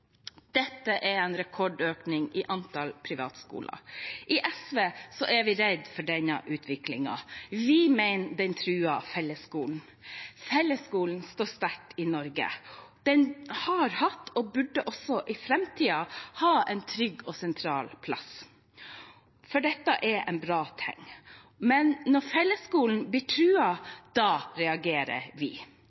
er en rekordøkning i antall privatskoler. I SV er vi redd for denne utviklingen. Vi mener den truer fellesskolen. Fellesskolen står sterkt i Norge. Den har hatt og burde også i framtiden ha en trygg og sentral plass, for dette er en bra ting. Men når fellesskolen blir truet, reagerer vi.